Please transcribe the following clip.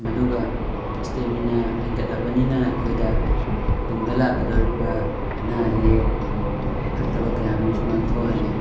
ꯃꯗꯨꯒ ꯏꯁꯇꯦꯃꯤꯅꯥ ꯍꯦꯟꯒꯠꯂꯕꯅꯤꯅ ꯑꯩꯈꯣꯏꯗ ꯇꯨꯡꯗ ꯂꯥꯛꯀꯗꯧꯔꯤꯕ ꯑꯅꯥ ꯑꯌꯦꯛ ꯐꯠꯇꯕ ꯀꯌꯥ ꯑꯃꯁꯨ ꯉꯥꯛꯊꯣꯛꯍꯜꯂꯤ